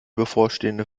bevorstehende